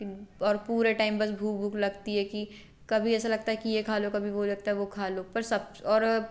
और पूरा टाइम बस भूख भूख लगती है कि कभी ऐसा लगता है कि यह खा लो कभी वह लगता वह खा लो पर सब कुछ और